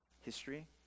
history